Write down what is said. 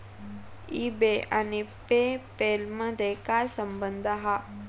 E बे आणि PayPal मधे काय संबंध हा?